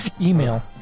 Email